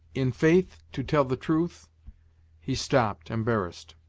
in faith to tell the truth he stopped, embarrassed.